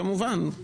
כמובן,